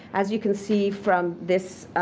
as you can see from this